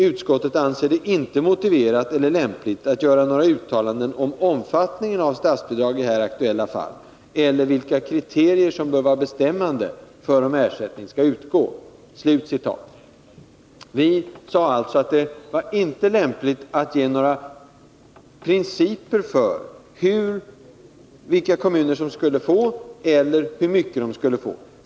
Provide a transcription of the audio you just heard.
Utskottet anser det inte motiverat eller lämpligt att göra några uttalanden om omfattningen av statsbidrag i här aktuella fall eller vilka kriterier som bör vara bestämmande för om ersättning skall utgå.” Vi sade alltså att det inte var lämpligt att ange några principer för vilka kommuner som skulle få bidrag eller hur mycket de skulle få.